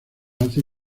hace